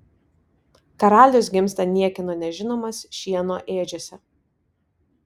karalius gimsta niekieno nežinomas šieno ėdžiose